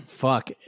fuck